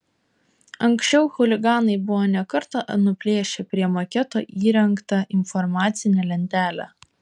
anksčiau chuliganai buvo ne kartą nuplėšę prie maketo įrengtą informacinę lentelę